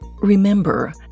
Remember